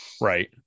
right